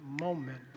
moment